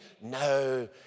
No